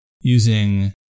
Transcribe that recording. using